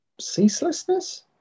ceaselessness